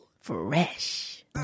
Fresh